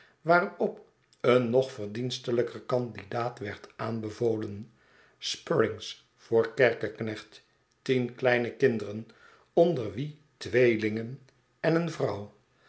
waarop een nog verdienstelijker kandidaat werd aanbevolen spruggins voor kerkeknecht tien kleine kinderen onder wie tweelingen en een vrouw